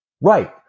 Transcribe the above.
right